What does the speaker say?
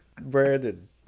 Brandon